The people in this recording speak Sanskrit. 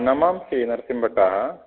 नमामि नरसिं बट्टः